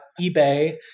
eBay